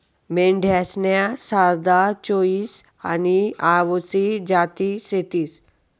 मेंढ्यासन्या शारदा, चोईस आनी आवसी जाती शेतीस